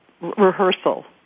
rehearsal